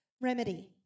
remedy